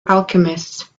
alchemists